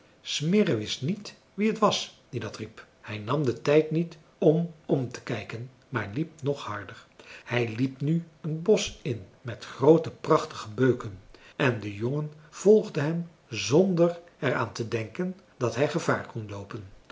smirre wist niet wie het was die dat riep hij nam den tijd niet om om te kijken maar liep nog harder hij liep nu een bosch in met groote prachtige beuken en de jongen volgde hem zonder er aan te denken dat hij gevaar kon loopen